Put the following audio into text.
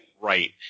Right